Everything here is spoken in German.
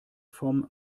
vom